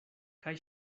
kaj